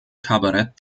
kabarett